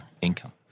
income